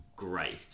Great